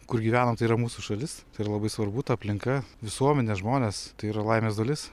kur gyvenam tai yra mūsų šalis ir labai svarbu ta aplinka visuomenė žmonės tai yra laimės dalis